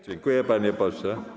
Dziękuję, panie pośle.